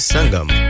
Sangam